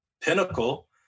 pinnacle